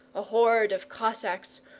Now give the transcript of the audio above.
a horde of cossacks,